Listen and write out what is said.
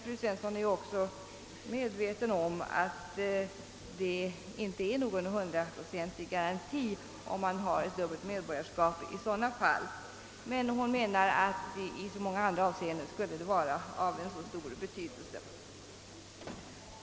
Fru Svensson är ju också medveten om att det inte finns någon hundraprocentig garanti, om man har ett dubbelt medborgarskap i sådana fall. Men hon menar att det i så många andra avseenden skulle vara av stor betydelse.